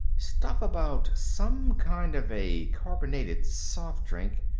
stuff about some kind of a carbonated soft-drink,